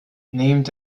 named